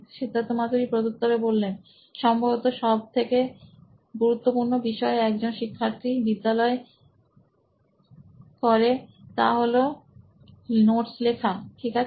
সিদ্ধার্থ মাতু রি সি ই ও নোইন ইলেক্ট্রনিক্স সম্ভবত সবথেকে গুরুত্বপূর্ণ বিষয় একজন শিক্ষার্থী বিদ্যালয়ে করে তা হলো নোটস লেখা ঠিক আছে